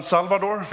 Salvador